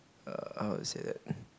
err how to say that